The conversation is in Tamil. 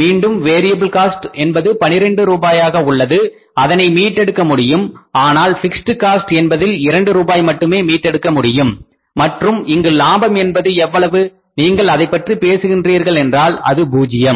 மீண்டும் வேரியபில் காஸ்ட் என்பது 12 ரூபாயாக உள்ளது அதனை மீட்டெடுக்க முடியும் ஆனால் பிக்ஸ்ட் காஸ்ட் என்பதில் இரண்டு ரூபாய் மட்டுமே மீட்டெடுக்க முடியும் மற்றும் இங்கு லாபம் என்பது எவ்வளவு நீங்கள் அதைப்பற்றி பேசுகின்றீர்கள் என்றால் அது பூஜ்யம்